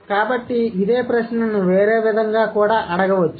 కాబట్టి ఇదే ప్రశ్నను వేరే విధంగా అడగవచ్చు